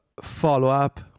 follow-up